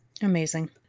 Amazing